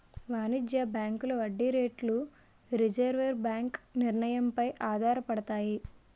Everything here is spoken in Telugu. వాణిజ్య బ్యాంకుల వడ్డీ రేట్లు రిజర్వు బ్యాంకు నిర్ణయం పై ఆధారపడతాయి